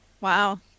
Wow